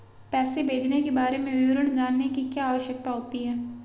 पैसे भेजने के बारे में विवरण जानने की क्या आवश्यकता होती है?